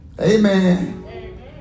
Amen